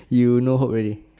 you no hope already